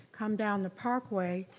come down the parkway,